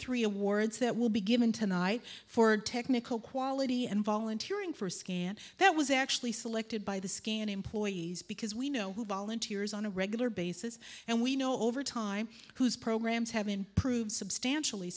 three awards that will be given tonight for technical quality and volunteering for a scan that was actually selected by the scan employees because we know who volunteers on a regular basis and we know over time who's programs have been approved substantially